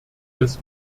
des